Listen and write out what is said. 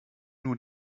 nur